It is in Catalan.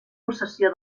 possessió